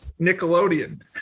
Nickelodeon